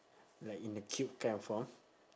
like in the cube kind of form